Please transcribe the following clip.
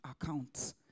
accounts